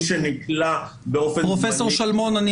מי שנקלע באופן זמני --- פרופ' שלמון,